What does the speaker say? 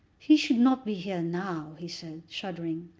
he should not be here now, he said, shuddering.